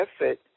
effort